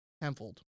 tenfold